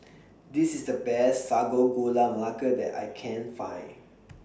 This IS The Best Sago Gula Melaka that I Can Find